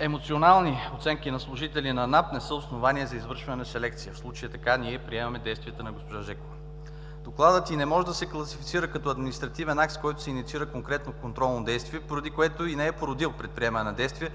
Емоционални оценки на служители на НАП не са основание за извършване на селекция. В случая така ние приемаме действията на госпожа Жекова. Докладът й не може да се класифицира като административен акт, с който се инициира конкретно контролно действие, поради което и не е породил предприемане на действия,